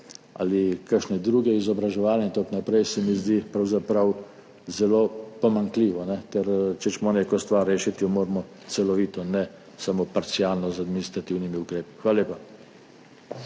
ali kakšne druge izobraževalne in tako naprej, se mi zdi pravzaprav zelo pomanjkljivo, ker če hočemo neko stvar rešiti, jo moramo celovito, ne samo parcialno z administrativnimi ukrepi. Hvala lepa.